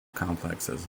complexes